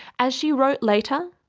as she wrote later,